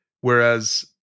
whereas